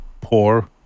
poor